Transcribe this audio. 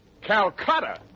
Calcutta